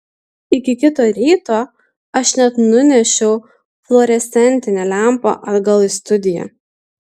iki kito ryto aš net nunešiau fluorescencinę lempą atgal į studiją